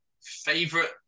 Favorite